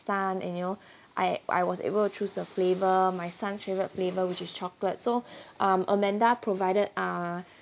son and you know I I was able to choose the flavour my son's favourite flavour which is chocolate so uh amanda provided uh